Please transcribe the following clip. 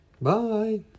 Bye